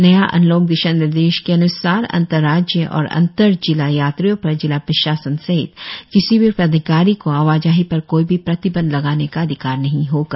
नया अनलॉक दिशा निर्देश के अन्सार अंतराज्यीय और अंर्तजिला यात्रियों पर जिला प्रशासन सहित किसी भी प्राधिकारी को आवाजाही पर कोई भी प्रतिबंध लगाने का अधिकार नहीं होगा